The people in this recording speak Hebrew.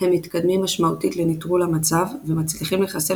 הם מתקדמים משמעותית לנטרול המצב ומצליחים לחסל